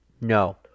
no